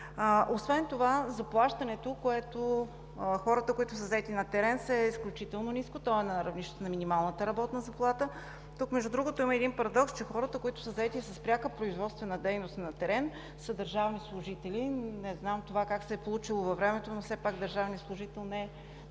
Освен това, заплащането, което получават хората, заети на терен, е изключително ниско. То е на равнището на минималната работна заплата. Между другото има един парадокс, че хората, които са заети с пряка производствена дейност на терен, са държавни служители. Не знам това как се е получило във времето, но все пак държавният служител не е